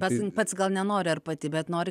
pats pats gal nenori ar pati bet nori